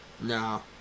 No